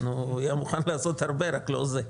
הוא יהיה מוכן לעשות הרבה רק לא זה.